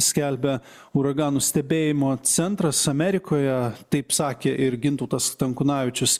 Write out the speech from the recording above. skelbia uraganų stebėjimo centras amerikoje taip sakė ir gintautas stankūnavičius